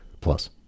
plus